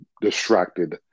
distracted